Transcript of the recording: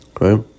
Right